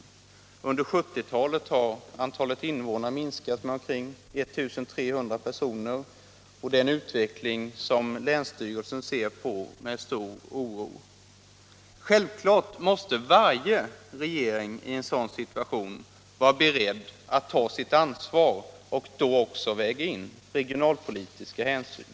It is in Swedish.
Under 1970-talet har antalet in Torsdagen den vånare minskat med omkring 1 300 personer, och det är en utveckling 24 mars 1977 som länsstyrelsen ser på med stor oro. Självklart måste varje regering —— LL i en sådan situation vara beredd att ta sitt ansvar och då väga in re Om nedläggningen gionalpolitiska hänsyn.